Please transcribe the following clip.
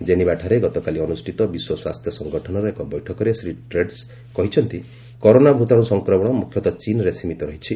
ଜେନିଭାଠାରେ ଗତକାଲି ଅନୁଷ୍ଠିତ ବିଶ୍ୱ ସ୍ୱାସ୍ଥ୍ୟ ସଙ୍ଗଠନର ଏକ ବୈଠକରେ ଶ୍ରୀ ଟେଡ୍ରସ୍ କହିଛନ୍ତି କରୋନା ଭୂତାଣୁ ସଂକ୍ରମଣ ମୁଖ୍ୟତଃ ଚୀନ୍ରେ ସୀମିତ ରହିଛି